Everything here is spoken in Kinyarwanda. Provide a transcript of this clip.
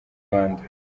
rwanda